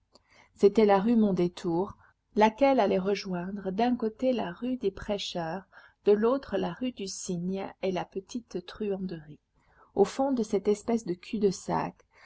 c'était la rue mondétour laquelle allait rejoindre d'un côté la rue des prêcheurs de l'autre la rue du cygne et la petite truanderie au fond de cette espèce de cul-de-sac à l'angle de la